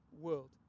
world